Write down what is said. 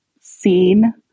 seen